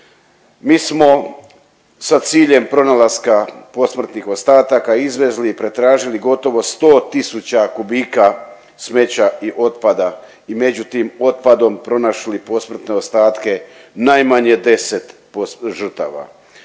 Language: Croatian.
Mi smo sa ciljem pronalaska posmrtnih ostataka izvezli i pretražili gotovo sto tisuća kubika smeća i otpada i među tim otpadom pronašli posmrtne ostatke najmanje 10 žrtava.